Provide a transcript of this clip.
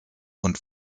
und